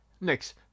Next